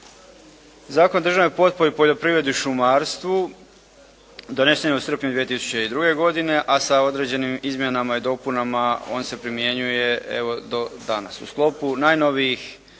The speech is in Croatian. Zakon o državnoj potpori u poljoprivredi i šumarstvu donesen je u srpnju 2002. godine, a sa određenim izmjenama i dopunama on se primjenjuje evo u sklopu najnovijih